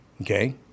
Okay